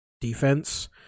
defense